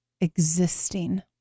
existing